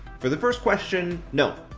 for the first question, no.